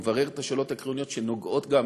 מבררת את השאלות העקרוניות שנוגעות גם